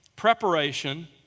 Preparation